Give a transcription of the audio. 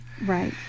Right